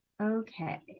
Okay